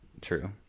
True